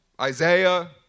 Isaiah